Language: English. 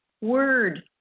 word